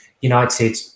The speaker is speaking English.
United